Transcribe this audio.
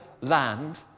land